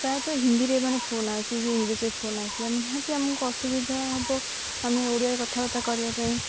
ପ୍ରାୟତଃ ହିନ୍ଦୀରେ ଏ ମାନେ ଫୋନ ଆସଛି କି ଇଂଲିଶରେ ଫୋନ ଆସିଲାଣି ନିହାତି ଆମକୁ ଅସୁବିଧା ହବ ଆମେ ଓଡ଼ିଆରେ କଥାବାର୍ତ୍ତା କରିବା ପାଇଁ